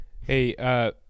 hey